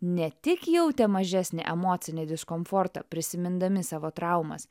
ne tik jautė mažesnį emocinį diskomfortą prisimindami savo traumas